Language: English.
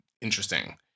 interesting